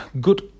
good